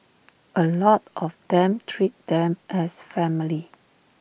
A lot of them treat them as family